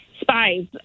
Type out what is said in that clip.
spies